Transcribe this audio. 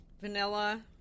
vanilla